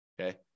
Okay